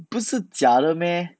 不是假的 meh